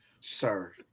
Sir